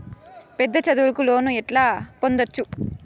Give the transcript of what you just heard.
పెద్ద చదువులకు లోను ఎట్లా పొందొచ్చు